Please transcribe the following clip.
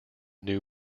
new